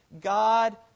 God